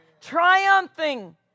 triumphing